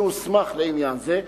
שהוסמך לעניין זה,